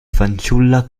fanciulla